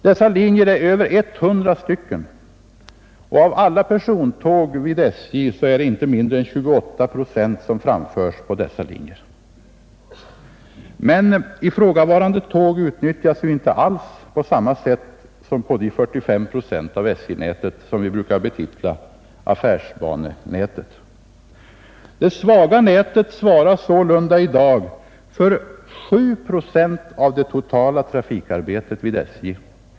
Dessa linjer är över 100 stycken, och av alla persontåg vid SJ är det inte mindre än 28 procent som framförs på dessa linjer. Ifrågavarande tåg utnyttjas emellertid inte alls på samma sätt som tågen på de 45 procent av SJ-nätet som vi brukar betitla affärsbanenätet. Det svaga nätet svarar sålunda i dag för 7 procent av det totala trafikarbetet vid SJ.